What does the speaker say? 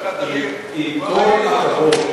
את הקטרים עם כל הכבוד,